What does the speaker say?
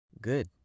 Good